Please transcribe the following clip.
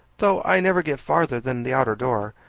though i never get farther than the outer door.